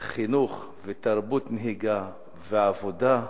חינוך ותרבות נהיגה ועבודה,